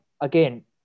again